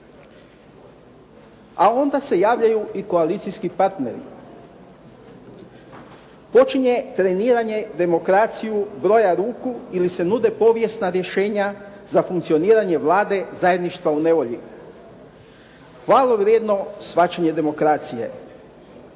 A onda se javljaju i koalicijski partneri. Počinje treniranje demokraciju broja ruku ili se nude povijesna rješenja za funkcioniranje Vlade zajedništva u nevolji. Hvale vrijedno shvaćanje demokracije.